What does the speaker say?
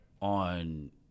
on